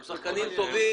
הם שחקנים טובים,